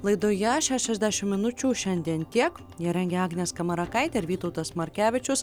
laidoje šešiasdešim minučių šiandien tiek ją rengė agnė skamarakaitė ir vytautas markevičius